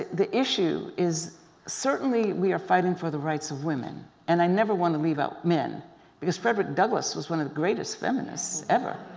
the issue is certainly we are fighting for the rights of women and i never want to leave out men because frederick douglass was one of the greatest feminists ever.